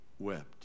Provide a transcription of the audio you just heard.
Wept